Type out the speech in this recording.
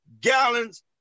gallons